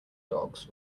dogs